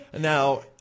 Now